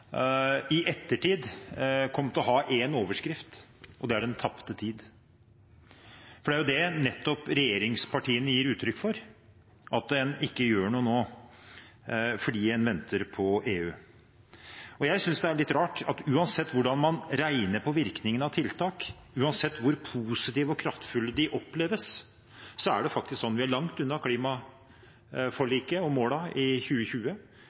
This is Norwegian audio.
i ettertid kommer til å ha én overskrift, og det er den tapte tid. Det er nettopp det regjeringspartiene gir uttrykk for, at en ikke gjør noe nå fordi en venter på EU. Jeg synes det er litt rart, for uansett hvordan man regner på virkningene av tiltak, uansett hvor positive og kraftfulle de oppleves, er vi langt unna klimaforliket og målene for 2020, og vi er langt unna å nå de forpliktelsene vi må påta oss i